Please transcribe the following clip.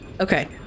Okay